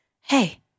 Hey